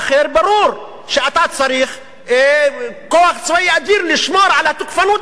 ברור שאתה צריך כוח צבאי אדיר לשמור על התוקפנות הזאת,